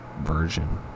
Version